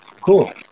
Cool